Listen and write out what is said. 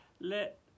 let